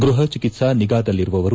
ಗೃಹ ಚಿಕಿತ್ಪಾ ನಿಗಾದಲ್ಲಿರುವವರು